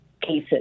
cases